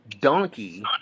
Donkey